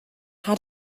had